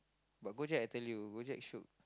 but Go-Jek I tell you Go-Jek shiok